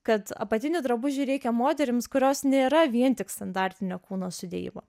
kad apatinių drabužių reikia moterims kurios nėra vien tik standartinio kūno sudėjimo